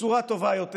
בצורה טובה יותר.